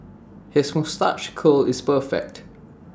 his moustache curl is perfect